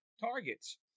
targets